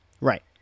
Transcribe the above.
right